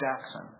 Jackson